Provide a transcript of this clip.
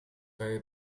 very